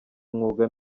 umwuga